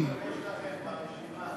משהו השתבש לכם ברשימה.